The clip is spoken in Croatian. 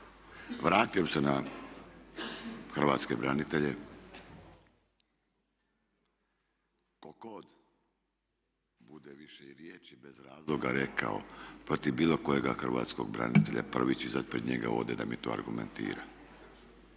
Vratio bih se na hrvatske branitelje, tko god bude više i riječi bez razloga rekao protiv bilo kojega hrvatskog branitelja prvi ću izaći pred njega ovdje da mi to argumentira,